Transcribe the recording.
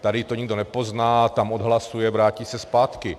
Tady to nikdo nepozná, tam odhlasuje, vrátí se zpátky.